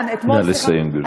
נא לסיים, גברתי.